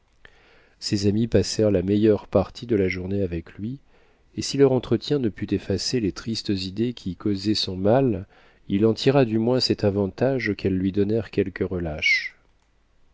ces amis passèrent la meilleure partie de la journée avec lui et si leur entretien ne put effacer les tristes idées qui causaient son mal il en tira du moins cet avantage qu'elles lui donnèrent quelque relâche